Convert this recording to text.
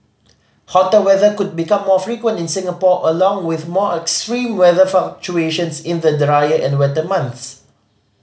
hotter weather could become more frequent in Singapore along with more extreme weather fluctuations in the drier and wetter months